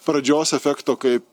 pradžios efekto kaip